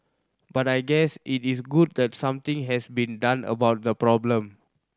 but I guess it is good that something has been done about the problem